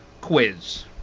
quiz